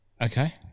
Okay